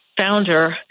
founder